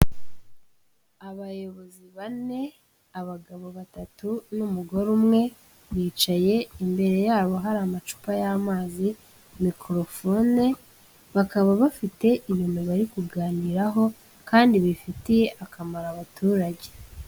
Abayobozi bane, abagabo batatu n'umugore umwe, bicaye imbere yabo hari amacupa y'amazi, mikorofone, bakaba bafite ibintu bari kuganiraho kandi bifitiye akamaro abaturage.